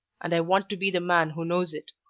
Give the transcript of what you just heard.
and i want to be the man who knows it.